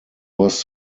was